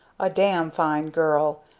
a damn fine girl,